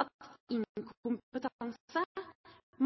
at inkompetanse,